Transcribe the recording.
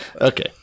Okay